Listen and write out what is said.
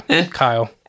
Kyle